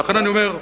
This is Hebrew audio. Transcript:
ולכן אני אומר,